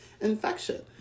infection